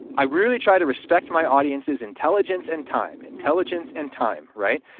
i really try to respect my audiences intelligence and time, intelligence and time. right.